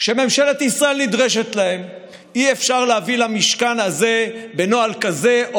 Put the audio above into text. שממשלת ישראל נדרשת להם אי-אפשר להביא למשכן הזה בנוהל כזה או